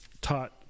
taught